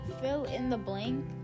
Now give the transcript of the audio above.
fill-in-the-blank